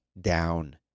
down